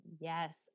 yes